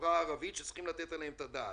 בחברה הערבית שצריכים לתת עליהם את הדעת.